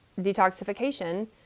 detoxification